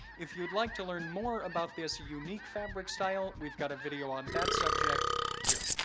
if you'd like to learn more about this unique fabric style, we've got a video on that subject here.